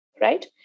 right